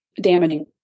damaging